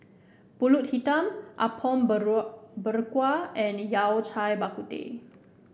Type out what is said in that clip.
pulut Hitam Apom Berkuah and Yao Cai Bak Kut Teh